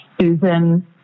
Susan